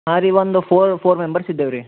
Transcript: ಹಾಂ ರೀ ಒಂದು ಫೋರ್ ಫೋರ್ ಮೆಂಬರ್ಸ್ ಇದ್ದೇವೆ ರೀ